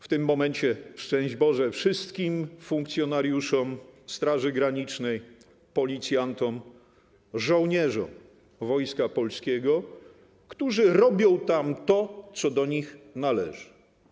W tym momencie szczęść Boże wszystkim funkcjonariuszom Straży Granicznej, policjantom, żołnierzom Wojska Polskiego, którzy robią tam to, co do nich należy.